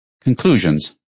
Conclusions